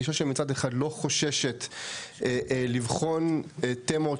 גישה שמצד אחד לא חוששת לבחון "תמות"